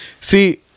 see